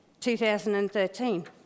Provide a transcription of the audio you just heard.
2013